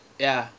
ya